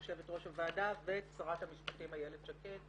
יושבת-ראש הוועדה ואת שרת המשפטים איילת שקד,